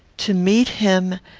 to meet him,